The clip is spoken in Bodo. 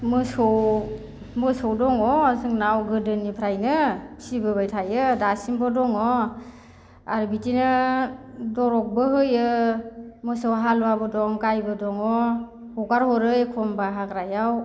मोसौ दङ जोंनाव गोदोनिफ्रायनो फिसिबोबाय थायो दासिमबो दङ आरो बिदिनो दर'बबो होयो मोसौ हालुवाबो दं गायबो दङ हगार हरो एखनबा हाग्रायाव